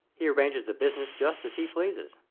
he arranges the business just as he pleases.